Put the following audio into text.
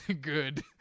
good